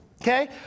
Okay